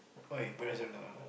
why parents don't allow ah